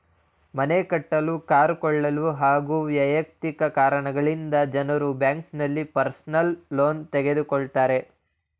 ಮನೆ ಕಟ್ಟಿಸಲು ಕಾರು ಕೊಳ್ಳಲು ಹಾಗೂ ವೈಯಕ್ತಿಕ ಕಾರಣಗಳಿಗಾಗಿ ಜನರು ಬ್ಯಾಂಕ್ನಲ್ಲಿ ಪರ್ಸನಲ್ ಲೋನ್ ತೆಗೆದುಕೊಳ್ಳುತ್ತಾರೆ